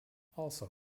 also